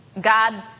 God